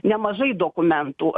nemažai dokumentų